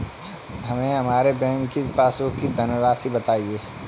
हमें हमारे बैंक की पासबुक की धन राशि बताइए